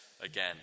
again